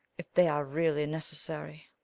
if they are really necessary.